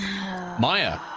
Maya